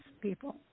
people